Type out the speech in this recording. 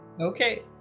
okay